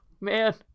man